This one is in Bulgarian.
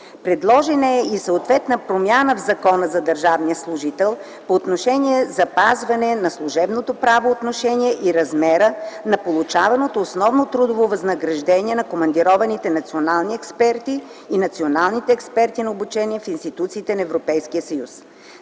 Предложена е и съответна промяна в Закона за държавния служител по отношение запазване на служебното правоотношение и размера на получаваното основно трудово възнаграждение на командированите национални експерти и националните експерти на обучение в институциите на Европейския съюз.